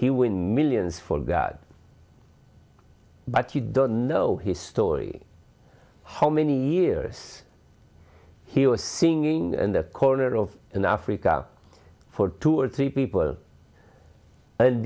he when millions for god but you don't know his story how many years he was singing and the corner of an africa for two or three people and